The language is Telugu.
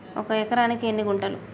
ఒక ఎకరానికి ఎన్ని గుంటలు?